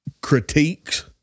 critiques